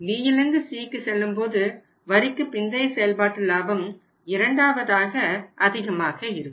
Bயிலிருந்து Cக்கு செல்லும்போது வரிக்குப் பிந்தைய செயல்பாட்டு லாபம் இரண்டாவதாக அதிகமாக இருக்கும்